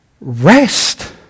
rest